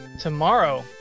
Tomorrow